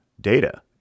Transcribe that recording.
data